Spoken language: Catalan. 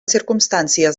circumstàncies